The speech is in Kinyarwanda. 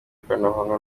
ikoranabuhanga